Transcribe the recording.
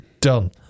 Done